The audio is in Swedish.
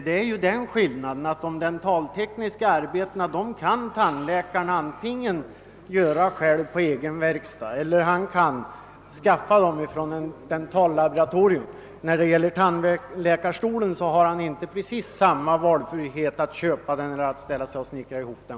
Det är ju den skillnaden att de dentaltekniska arbetena kan tandläkaren antingen göra själv på egen verkstad eller skaffa från ett dentallaboratorium, medan han beträffande tandläkarstolen inte har valfrihet mellan att köpa eller själv snickra ihop den.